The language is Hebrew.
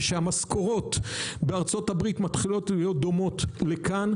כאשר המשכורות בארצות הברית מתחילות להיות דומות לכאן,